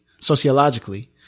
sociologically